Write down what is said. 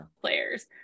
players